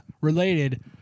related